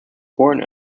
bourne